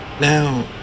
Now